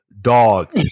dog